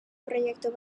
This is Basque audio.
proiektu